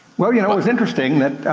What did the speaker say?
well, you know it was interesting that,